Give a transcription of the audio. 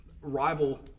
rival